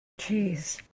Jeez